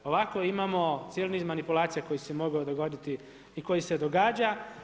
Ovako imamo cijeli niz manipulacija koji se mogao dogoditi i koji se događa.